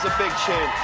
picture.